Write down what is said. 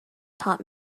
taught